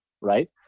right